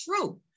true